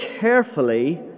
carefully